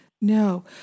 No